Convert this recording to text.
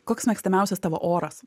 koks mėgstamiausias tavo oras